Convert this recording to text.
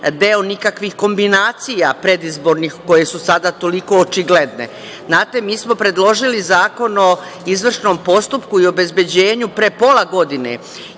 deo nikakvih predizbornih kombinacija koje su sada toliko očigledne. Znate, mi smo predložili Zakon o izvršnom postupku i obezbeđenju pre pola godine